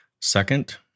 Second